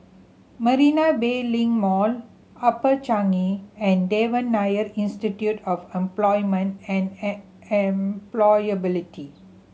Marina Bay Link Mall Upper Changi and Devan Nair Institute of Employment and Employability